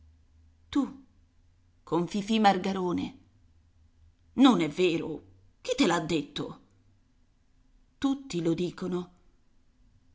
tu con fifì margarone non è vero chi te l'ha detto tutti lo dicono